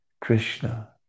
Krishna